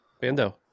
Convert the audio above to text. Bando